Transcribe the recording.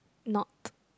not